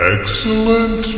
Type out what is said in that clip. Excellent